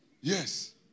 Yes